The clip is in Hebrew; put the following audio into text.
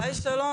ודאי שלא.